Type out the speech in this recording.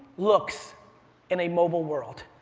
looks in a mobile world.